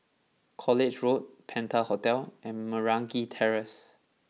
College Road Penta Hotel and Meragi Terrace